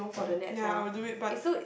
ya I will do it but